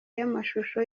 y’amashusho